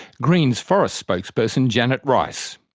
greens forest spokesperson janet rice.